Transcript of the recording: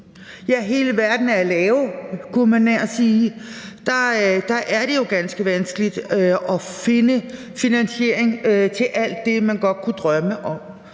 hvor hele verden er af lave, kan man næsten sige, er det jo ganske vanskeligt at finde finansiering til alt det, man godt kunne drømme om.